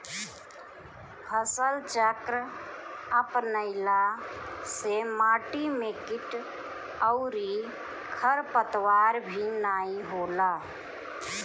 फसलचक्र अपनईला से माटी में किट अउरी खरपतवार भी नाई होला